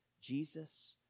Jesus